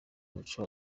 umuco